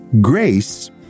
grace